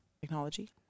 technology